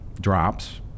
drops